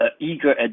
eager